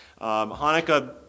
Hanukkah